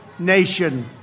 Nation